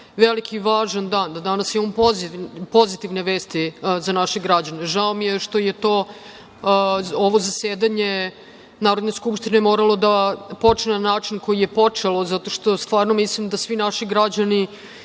veliki i važan dan, da danas imamo pozitivne vesti za naše građane. Žao mi je što je ovo zasedanje Narodne skupštine moralo da počne na način na koji je počelo zato što stvarno mislim da svi naši građani